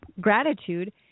gratitude